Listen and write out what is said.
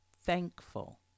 thankful